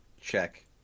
check